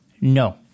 No